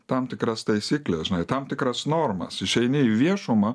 tam tikras taisykles žinai tam tikras normas išeini į viešumą